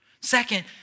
Second